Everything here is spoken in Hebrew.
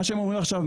מה שאומרים עכשיו,